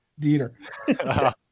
Dieter